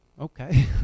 okay